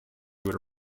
would